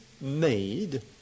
made